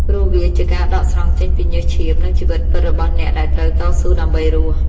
ព្រោះវាជាការដកស្រង់ចេញពីញើសឈាម និងជីវិតពិតរបស់អ្នកដែលត្រូវតស៊ូដើម្បីរស់។